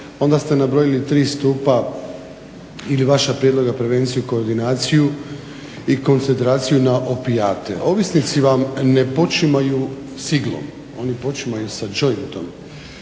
onda ste nabrojili tri stupa ili vaša prijedloga prevenciju i koordinaciju i koncentraciju na opijate. Ovisnici vam ne počinju s iglom, oni počinju s džointom.